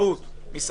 אני כבר אקדים אותך,